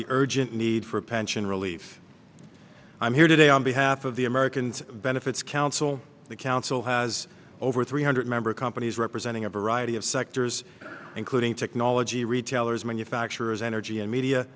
the urgent need for a pension relief i'm here today on behalf of the american benefits council the council has over three hundred member companies representing a variety of sectors including technology retailers manufacturers energy and media